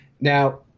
Now –